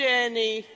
Jenny